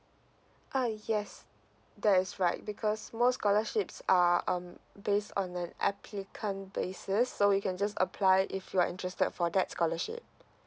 uh yes that is right because most scholarships are um based on the applicant's bases so you can just apply if you are interested for that scholarship